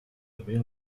nommée